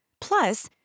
Plus